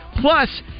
plus